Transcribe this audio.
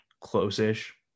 close-ish